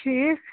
ٹھیٖک